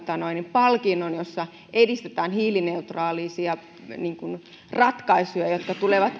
palkinnon siellä edistetään hiilineutraaleja ratkaisuja jotka tulevat